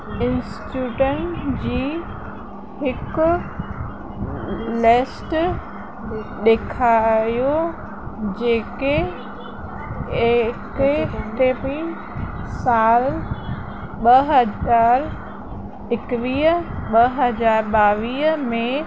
इंस्टिट्यूटनि जी हिकु लैस्ट ॾेखायो जेके ऐकेडमिक सालु ॿ हज़ार एकवीह ॿ हज़ार ॿावीह में